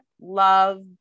love